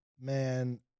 Man